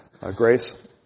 grace